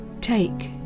Take